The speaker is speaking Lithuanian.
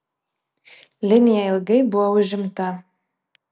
linija ilgai buvo užimta